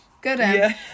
Good